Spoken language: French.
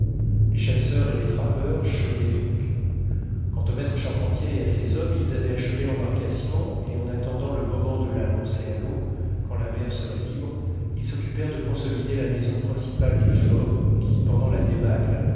les chasseurs et les trappeurs chômaient donc quant au maître charpentier et à ses hommes ils avaient achevé l'embarcation et en attendant le moment de la lancer à l'eau quand la mer serait libre ils s'occupèrent de consolider la maison principale du fort qui pendant la débâcle